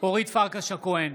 אורית פרקש הכהן,